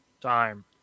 time